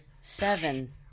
Seven